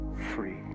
free